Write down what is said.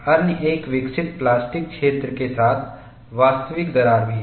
अन्य एक विकसित प्लास्टिक क्षेत्र के साथ वास्तविक दरार है